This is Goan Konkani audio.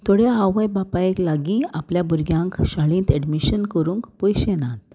थोड्या आवय बापायक लागीं आपल्या भुरग्यांक शाळेंत एडमिशन करूंक पयशे नात